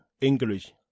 English